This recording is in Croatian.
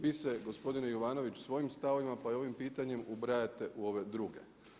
Vi se gospodine Jovanoviću, svojim stavovima, po ovim pitanjem ubrajate u ove druge.